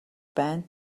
байна